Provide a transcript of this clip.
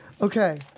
Okay